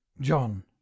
John